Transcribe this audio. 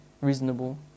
reasonable